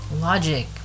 logic